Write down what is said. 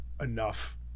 enough